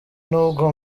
nubwo